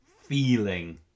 feeling